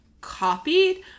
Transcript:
copied